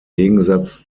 gegensatz